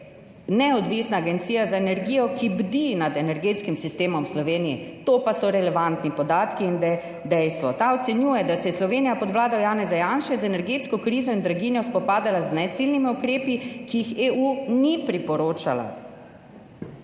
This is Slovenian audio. neodvisna Agencija za energijo, ki bdi nad energetskim sistemom v Sloveniji – to pa so relevantni podatki in dejstva. Ta ocenjuje, da se je Slovenija pod vlado Janeza Janše z energetsko krizo in draginjo spopadala z neciljnimi ukrepi, ki jih EU ni priporočala,